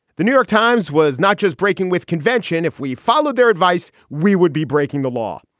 the new york times was not just breaking with convention. if we followed their advice, we would be breaking the law.